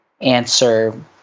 answer